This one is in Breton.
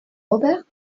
ober